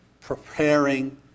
preparing